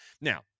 now